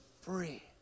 free